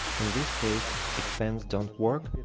in this case if fans don't work,